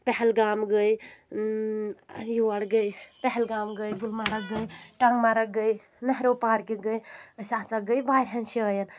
پہلگام گٔے یور گٔے پہلگام گٔے گُلمَرٕگ گٔے ٹنٛگمَرٕگ گٔے نہروٗ پارکہِ گٔے أسۍ ہسا گٔے واریاہن جٲین